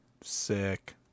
Sick